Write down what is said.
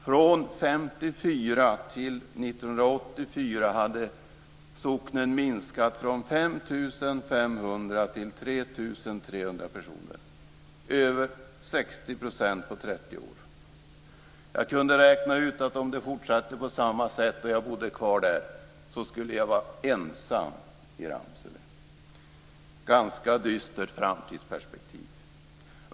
Från 1954 till 1984 hade socknen minskat från 5 500 till 2 200 personer, dvs. med över 60 % på 30 år. Jag kunde räkna ut att om det fortsatte på samma sätt och jag bodde kvar där så skulle jag bli ensam i Ramsele. Det var ett ganska dystert framtidsperspektiv.